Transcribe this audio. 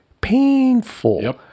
painful